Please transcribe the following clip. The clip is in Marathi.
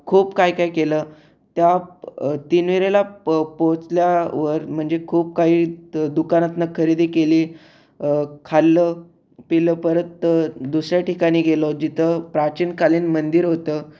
खूप कायकाय केलं त्या तिनविरेला प पोचल्यावर म्हणजे खूप काही द दुकानातनं खरेदी केली खाल्लं पिलं परत दुसऱ्या ठिकाणी गेलो जिथं प्राचीन कालीन मंदिर होतं